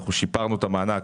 אנחנו שיפרנו את המענק